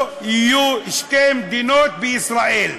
לא יהיו שתי מדינות בישראל.